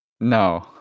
No